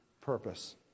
purpose